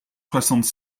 soixante